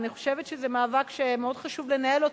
אני חושבת שזה מאבק שמאוד חשוב לנהל אותו,